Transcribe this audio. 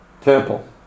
temple